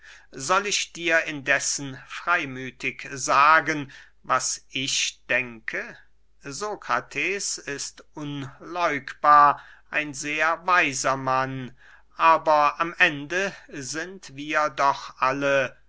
soll ich dir indessen freymüthig sagen was ich denke sokrates ist unleugbar ein sehr weiser mann aber am ende sind wir doch alle